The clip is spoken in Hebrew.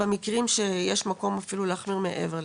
במקרים שיש מקום אפילו להחמיר מעבר לכך.